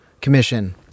commission